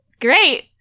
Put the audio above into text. Great